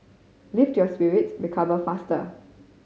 lift your spirits recover faster